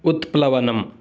उत्प्लवनम्